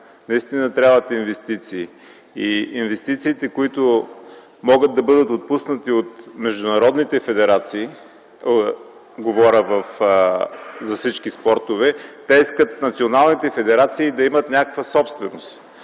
наистина трябват инвестиции. Инвестициите, които могат да бъдат отпуснати от международните федерации, говоря за всички спортове, те искат националните федерации да имат някаква собственост.